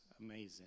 amazing